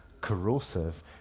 corrosive